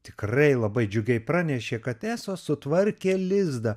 tikrai labai džiugiai pranešė kad eso sutvarkė lizdą